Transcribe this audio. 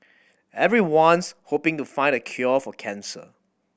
everyone's hoping to find the cure for cancer